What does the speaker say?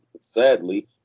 sadly